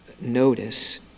notice